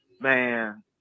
Man